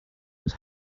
was